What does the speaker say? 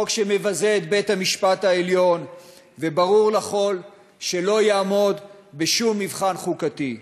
חוק שמבזה את בית-המשפט העליון וברור לכול שלא יעמוד בשום מבחן חוקתי,